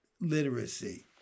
literacy